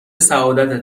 سعادتت